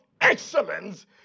excellence